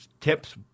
tips